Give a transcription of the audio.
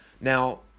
now